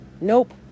nope